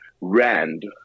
rand